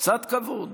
קצת כבוד.